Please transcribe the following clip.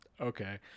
Okay